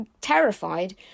terrified